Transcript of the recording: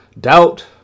doubt